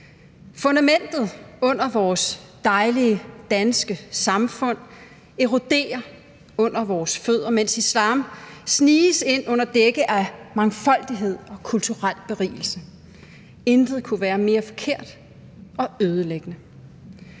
Fundamentet under vores dejlige danske samfund eroderer under vores fødder, mens islam sniges ind under dække af mangfoldighed og kulturel berigelse. Intet kunne være mere forkert og ødelæggende.